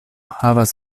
havas